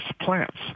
plants